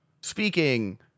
speaking